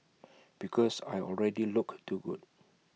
because I already look too good